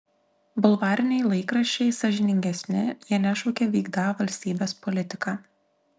bulvariniai laikraščiai sąžiningesni jie nešaukia vykdą valstybės politiką